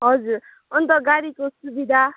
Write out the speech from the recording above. हजुर अन्त गाडीको सुविधा